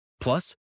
Plus